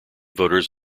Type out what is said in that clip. voters